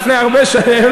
לפני הרבה שנים,